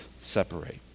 separate